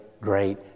great